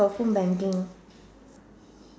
got phone banking